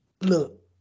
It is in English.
Look